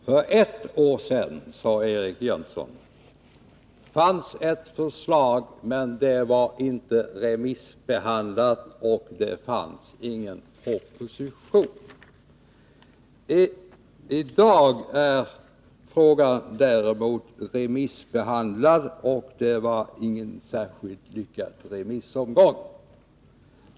Herr talman! För ett år sedan, sade Eric Jönsson, fanns det ett förslag, men det var inte remissbehandlat och ingen proposition hade avlämnats. I dag är frågan däremot remissbehandlad, men det var ingen särskilt lyckad remissomgång.